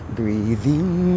breathing